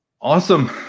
Awesome